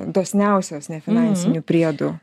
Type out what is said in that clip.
dosniausios nefinansinių priedų